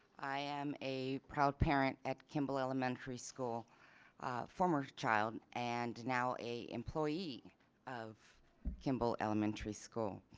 i am a proud parent at kimball elementary school former child and now a employee of kimball elementary school.